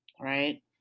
right